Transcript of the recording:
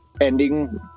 ending